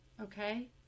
okay